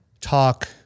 talk